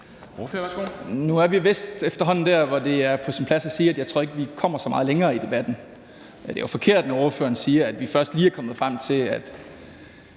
Nu er vi vist efterhånden der, hvor det er på sin plads at sige, at jeg ikke tror, at vi kommer så meget længere i debatten. Men det er jo forkert, når ordføreren siger, at når jeg påpeger, at